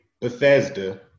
Bethesda